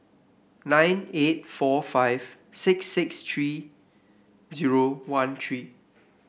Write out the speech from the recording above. nine eight four five six six three zero one three